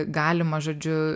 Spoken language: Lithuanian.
galima žodžiu